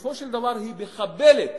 שבסופו של דבר היא מחבלת